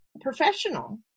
professional